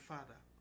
Father